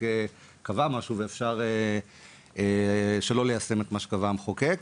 קבע משהו ואפשר שלא ליישם את מה שקבע המחוקק.